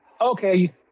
okay